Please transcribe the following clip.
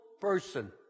person